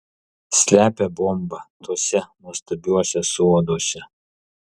slepia bombą tuose nuostabiuose soduose